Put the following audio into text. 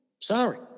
Sorry